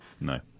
No